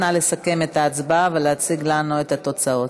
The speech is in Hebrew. נא לסכם את ההצבעה ולהציג לנו את התוצאות.